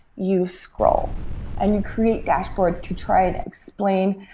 you scroll and you create dashboards to try and explain.